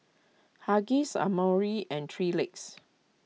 Huggies Amore and three Legs